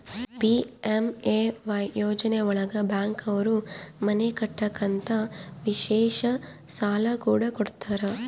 PMAY ಯೋಜನೆ ಒಳಗ bank ಅವ್ರು ಮನೆ ಕಟ್ಟಕ್ ಅಂತ ವಿಶೇಷ ಸಾಲ ಕೂಡ ಕೊಡ್ತಾರ